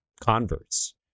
converts